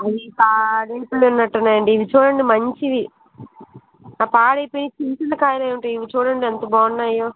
అవి పాడయిపోయినట్టున్నాయి అండి ఇవి చూడండి మంచివి ఆ పాడయిపోయినివి చిన్ని చిన్న కాయలు ఉంటాయి ఇవి చూడండి ఎంత బాగున్నాయో